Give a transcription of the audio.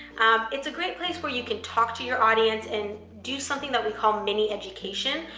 um it's a great place where you can talk to your audience and do something that we call mini education.